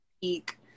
Peak